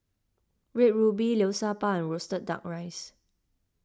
Red Ruby Liu Sha Bao and Roasted Duck Rice